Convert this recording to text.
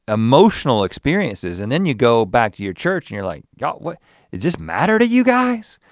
emotional experiences, and then you go back to your church and you're like, god, what is this matter to you guys?